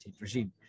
regime